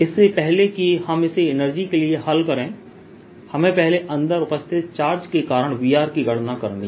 इससे पहले कि हम इसे एनर्जी के लिए हल करें हमें पहले अंदर उपस्थित चार्ज के कारण V की गणना करनी है